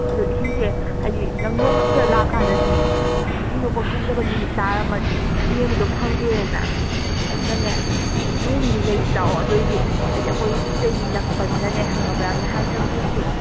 ꯑꯗꯣ ꯏꯁꯤꯡꯁꯦ ꯍꯥꯏꯗꯤ ꯅꯪ ꯅꯣꯡꯃꯇꯗ ꯂꯥꯛꯑ ꯀꯥꯟꯗꯗꯤ ꯏꯁꯤꯡꯗꯣ ꯑꯩꯈꯣꯏ ꯀꯨꯝꯗꯕ ꯅꯨꯃꯤꯠ ꯇꯥꯔꯝꯃꯗꯤ ꯌꯦꯡꯕꯗꯣ ꯐꯪꯗꯦꯗꯅ ꯑꯗꯨꯅꯅꯦ ꯅꯣꯡ ꯅꯤꯅꯤ ꯂꯩꯁꯤ ꯂꯥꯛꯑꯣ ꯑꯗꯨꯑꯣꯏꯗꯤ ꯍꯥꯏꯗꯤ ꯑꯩꯈꯣꯏꯗꯒꯤꯗꯤ ꯅꯛꯄꯅꯤꯅꯅꯦ ꯈꯪꯉꯕ꯭ꯔ ꯉꯥꯏꯍꯥꯛꯇꯪ ꯑꯣꯏꯔꯁꯨ